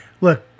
look